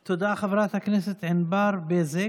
תודה, חברת הכנסת ענבר בזק.